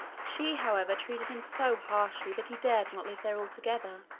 she, however, treated him so harshly that he dared not live there altogether.